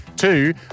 Two